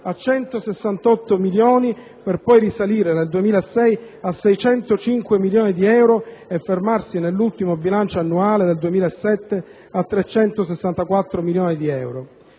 a 168 milioni, per poi risalire nel 2006 a 605 milioni di euro e fermarsi nell'ultimo bilancio annuale del 2007 a 364 milioni di euro.